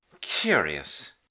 Curious